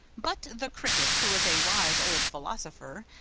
but the cricket, who was a wise old philosopher,